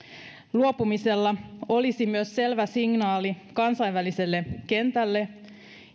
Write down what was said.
luopumisella olisi myös selvä signaali kansainväliselle kentälle